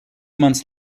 months